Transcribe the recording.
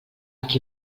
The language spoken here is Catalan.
qui